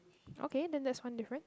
okay then that's one different